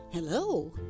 Hello